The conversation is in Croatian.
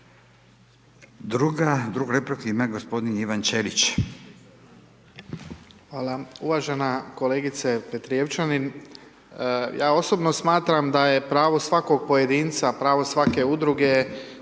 Drugu repliku ima gospodin Ivan Čelić.